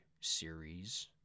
series